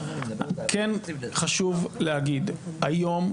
כן חשוב להגיד: היום,